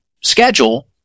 schedule